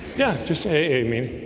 yeah, just a a mean